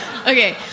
Okay